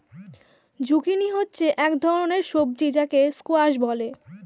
zucchini হচ্ছে এক ধরনের সবজি যাকে স্কোয়াশ বলে